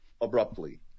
abruptly